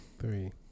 Three